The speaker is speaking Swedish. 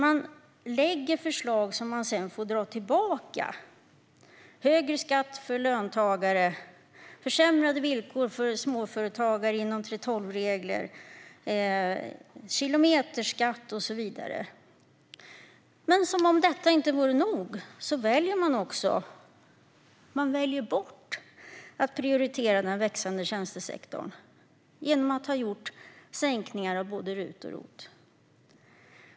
Det läggs fram förslag som sedan får dras tillbaka: högre skatt för löntagare, försämrade villkor för småföretagare inom 3:12-reglerna, kilometerskatt och så vidare. Som om detta inte vore nog väljer regeringen också bort att prioritera den växande tjänstesektorn genom att göra sänkningar av både RUT och ROT.